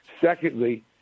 Secondly